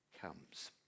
comes